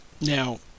Now